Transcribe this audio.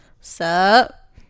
Sup